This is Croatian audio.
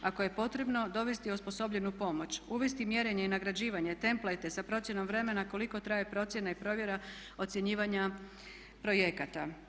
Ako je potrebno dovesti osposobljenu pomoć, uvesti mjerenje i nagrađivanje, … [[Govornica se ne razumije.]] sa procjenom vremena koliko traje procjena i provjera ocjenjivanja projekata.